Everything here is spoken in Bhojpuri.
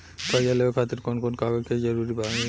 कर्जा लेवे खातिर कौन कौन कागज के जरूरी पड़ी?